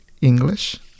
English